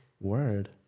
word